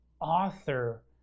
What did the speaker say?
author